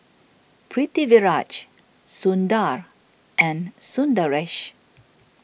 Pritiviraj Sundar and Sundaresh